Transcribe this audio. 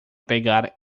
pegar